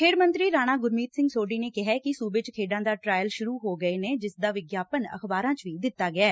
ਖੇਡ ਮੰਤਰੀ ਰਾਣਾ ਗੁਰਮੀਤ ਸਿੰਘ ਸੋਢੀ ਨੇ ਕਿਹੈ ਕਿ ਸੁਬੇ ਚ ਖੇਡਾ ਦੇ ਟਰਾਇਲ ਸੁਰੂ ਹੋ ਗਏ ਨੇ ਜਿਸ ਦਾ ਵਿਗਿਆਪਨ ਅਖਬਾਰਾਂ ਚ ਵੀ ਦਿੱਤਾ ਗਿਐ